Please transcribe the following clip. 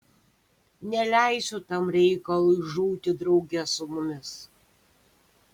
neleisiu tam reikalui žūti drauge su mumis